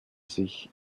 sich